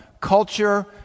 culture